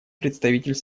представитель